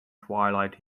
twilight